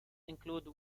include